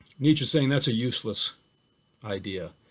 nietzsche's saying that's a useless idea.